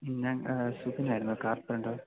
ഞാൻ ഷെഫിനായിരുന്നു കാർപെൻഡർ